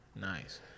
Nice